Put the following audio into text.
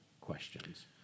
questions